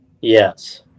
Yes